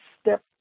step